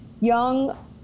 young